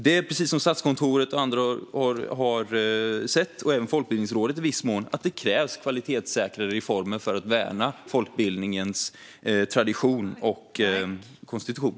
Det är precis som Statskontoret och andra, i viss mån även Folkbildningsrådet, har sett: Det krävs kvalitetssäkra reformer för att värna folkbildningens tradition och konstitution.